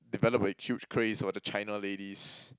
develop a huge craze for the China ladies